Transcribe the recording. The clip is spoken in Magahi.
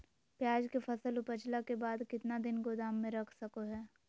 प्याज के फसल उपजला के बाद कितना दिन गोदाम में रख सको हय?